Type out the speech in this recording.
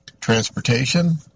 Transportation